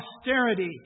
Austerity